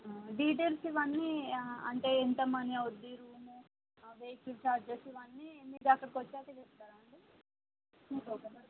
details ఇవి అన్నీ అంటే ఎంత మనీ అవుతుంది రూము ఆ వెహికల్ చార్జెస్ ఇవి అన్నీ మీ ద అక్కడకి వచ్చాక చెప్తారా అండి